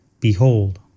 Behold